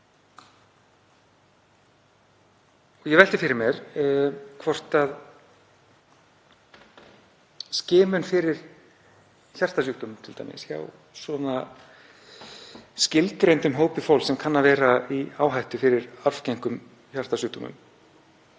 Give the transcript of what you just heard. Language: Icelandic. Ég velti fyrir mér hvort skimun fyrir hjartasjúkdómum, t.d. hjá skilgreindum hópi fólks sem kann að vera í áhættu fyrir arfgengum hjartasjúkdómum,